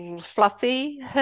fluffy